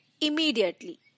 Immediately